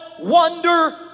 wonder